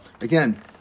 Again